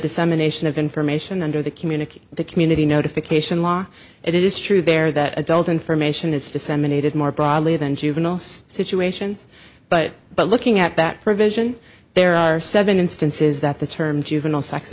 dissemination of information under the community the community notification law it is true there that adult information is disseminated more broadly than juveniles situations but but looking at that provision there are seven instances that the term juvenile sex